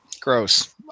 Gross